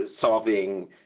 solving